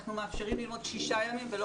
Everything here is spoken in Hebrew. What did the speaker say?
אנחנו מאפשרים ללמוד שישה ימים ולא